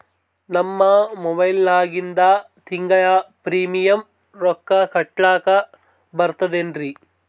ನಮ್ಮ ಮೊಬೈಲದಾಗಿಂದ ತಿಂಗಳ ಪ್ರೀಮಿಯಂ ರೊಕ್ಕ ಕಟ್ಲಕ್ಕ ಬರ್ತದೇನ್ರಿ?